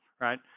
right